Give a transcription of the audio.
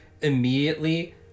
immediately